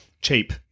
cheap